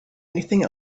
anything